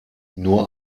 nur